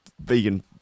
vegan